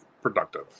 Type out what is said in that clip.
productive